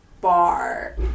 bar